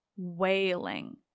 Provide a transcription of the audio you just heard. Wailing